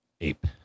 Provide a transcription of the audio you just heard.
APE